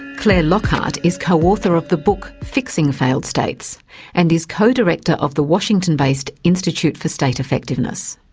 clare lockhart is co-author of the book, fixing failed states and is co-director of the washington-based institute for state effectiveness.